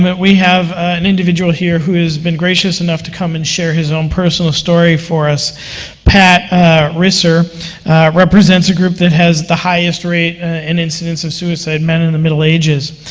we have an individual here who has been gracious enough to come and share his own personal story for us pat risser represents a group that has the highest rate and incidence of suicide men in the middle ages.